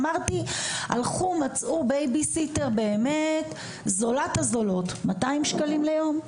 מצאו בייביסיטר זולה - 200 שקלים ליום.